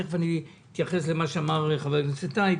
ותיכף אני אתייחס למה שאמר חבר הכנסת טייב,